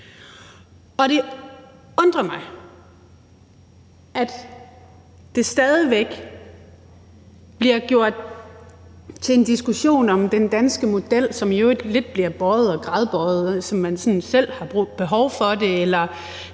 det undrer mig, at det stadig væk bliver gjort til en diskussion om den danske model, som i øvrigt lidt bliver bøjet og gradbøjet, som man sådan selv har behov for det,